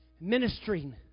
ministering